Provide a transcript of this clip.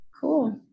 Cool